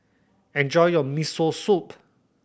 enjoy your Miso Soup